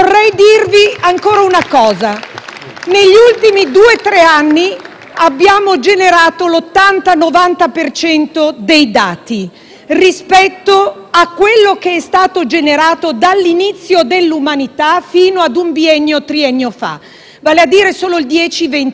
Negli ultimi due o tre anni abbiamo generato l'80-90 per cento dei dati rispetto al totale di quelli generati dall'inizio dell'umanità fino a un biennio, triennio fa (vale a dire, solo il 10-20